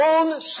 own